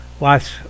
lots